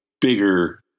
bigger